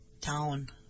town